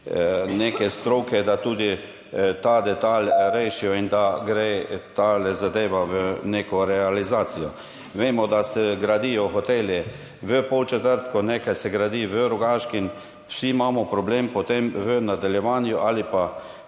neke stroke, da tudi ta detajl rešijo in da gre ta zadeva v neko realizacijo. Vemo, da se gradijo hoteli v Podčetrtku, nekaj se gradi v Rogaški in vsi imamo potem v nadaljevanju